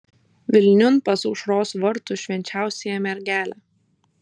vilniun pas aušros vartų švenčiausiąją mergelę